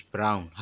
Brown